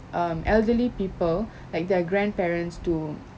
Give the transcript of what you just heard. um elderly people like their grandparents to